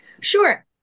Sure